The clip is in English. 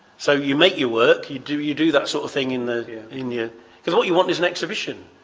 so you make your work you do you do that sort of thing in india because all you want is an exhibition.